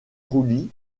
roulis